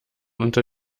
unter